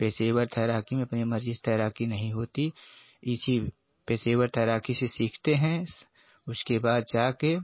पेशेवर तैराकी में अपनी मर्जी से तैराकी नहीं होती इसी पेशेवर तैराकी से सीखते हैं उसके बाद जा कर